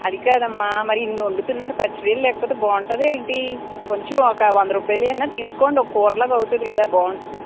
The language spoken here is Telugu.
అది కాదమ్మా మరి ఇన్ని వండుతున్నారు పచ్చి రొయ్యలు లేకపోతే బాగుంటుందా ఏంటీ కొంచెం ఒక వంద రుపాయలవి అయినా తీసుకోండి ఒక కూరలాగా అవుతుంది కదా బాగుంటుంది